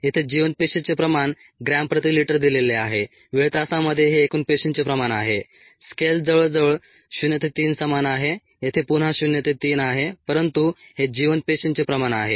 येथे जिवंत पेशीचे प्रमाण ग्रॅम प्रति लिटर दिलेले आहे वेळ तासामध्ये हे एकूण पेशींचे प्रमाण आहे स्केल जवळजवळ 0 ते 3 समान आहे येथे पुन्हा शून्य ते तीन आहे परंतु हे जिवंत पेशींचे प्रमाण आहे